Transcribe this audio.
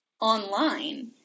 online